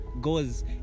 goes